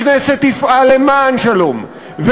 הכנסת תפעל למען שלום.